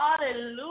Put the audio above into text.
Hallelujah